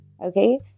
Okay